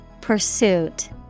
Pursuit